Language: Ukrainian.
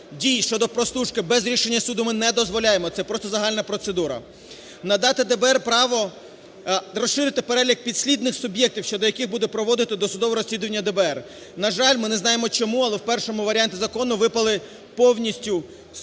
дій щодо прослушки без рішення суду ми не дозволяємо, це просто загальна процедура. Надати ДБР право розширити перелік підслідних суб'єктів, щодо яких буде проводити досудове розслідування ДБР. На жаль, ми не знаємо чому, але в першому варіанті закону випали повністю члени